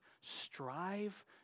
strive